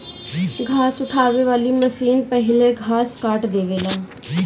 घास उठावे वाली मशीन पहिले घास काट देवेला